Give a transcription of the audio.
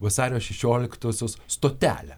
vasario šešioliktosios stotelę